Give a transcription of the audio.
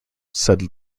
said